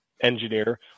engineer